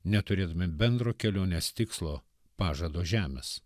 neturėdami bendro kelionės tikslo pažado žemės